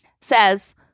says